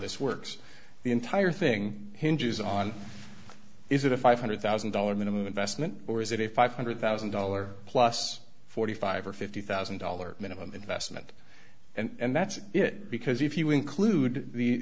this works the entire thing hinges on is it a five hundred thousand dollars minimum investment or is it a five hundred thousand dollars plus forty five dollars or fifty thousand dollars minimum investment and that's it because if you include